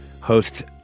hosts